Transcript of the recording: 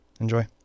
Enjoy